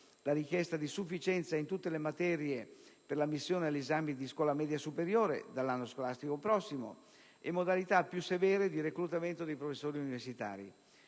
la richiesta di sufficienza in tutte le materie per l'ammissione agli esami di scuola media superiore (dall'anno scolastico 2009-2010) e modalità più severe di reclutamento dei professori universitari.